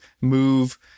move